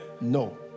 No